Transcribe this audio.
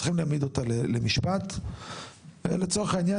צריך להעמיד אותה למשפט ולצורך העניין